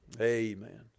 Amen